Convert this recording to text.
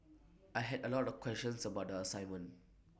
I had A lot of questions about the assignment